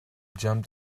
jumped